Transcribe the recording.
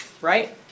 right